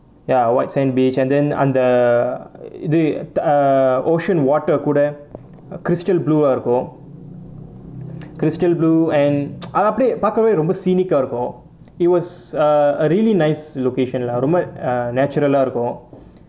ya white sand beach and then அந்த இது:antha ithu the err ocean water கூட:kooda crystal blue ah இருக்கும்:irukkum crystal blue and அது அப்படியே பார்க்கவே ரொம்ப:athu appadiyae paarkavae romba scenic ah இருக்கும்:irukkum it was uh a really nice location lah ரொம்ப:romba natural ah இருக்கும்:irukkum